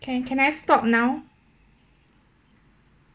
can can I stop now